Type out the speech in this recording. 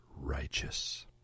righteous